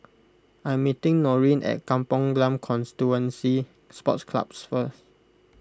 I'm meeting Norene at Kampong Glam Constituency Sports Club first